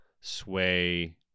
sway